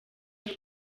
hari